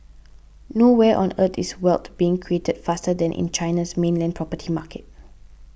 nowhere on Earth is wealth being created faster than in China's mainland property market